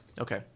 Okay